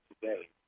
today